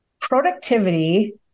productivity